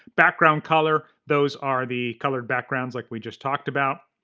background color, those are the colored backgrounds like we just talked about.